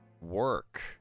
work